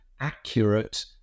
accurate